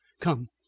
Come